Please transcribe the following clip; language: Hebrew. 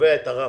שקובע את הרף.